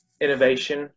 innovation